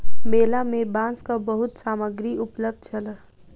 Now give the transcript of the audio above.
मेला में बांसक बहुत सामग्री उपलब्ध छल